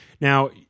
Now